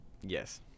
Yes